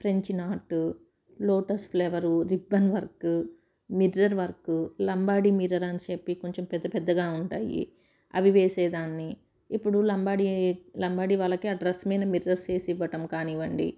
French knot lotus flower ribbon work mirror work Lambadi mirror అని చెప్పి కొంచెం పెద్ద పెద్దగా ఉంటాయి అవి వేసే దాన్ని ఇప్పుడు లంబాడి లంబాడీ వాళ్ళకి ఆ డ్రస్ మీద మిర్రర్స్ వేసి ఇవ్వటం కానివ్వండి